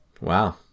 Wow